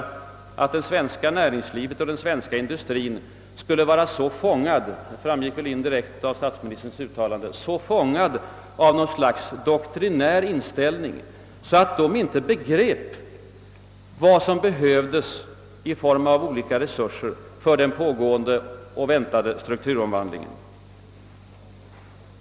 Inom det svenska näringslivet och den svenska industrien skulle man alltså vara så fången — det framgick väl indirekt av statsministerns uttalande — av något slags »doktrinär» inställning, att man inte begrep vad som behövdes i form av resurser för den pågående och väntade strukturomvandlingen.